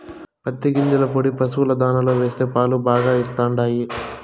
పత్తి గింజల పొడి పశుల దాణాలో వేస్తే పాలు బాగా ఇస్తండాయి